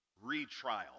Retrial